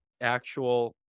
Actual